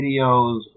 videos